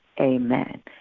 amen